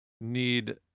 need